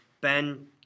Ben